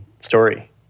story